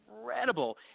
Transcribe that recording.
Incredible